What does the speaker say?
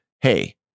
hey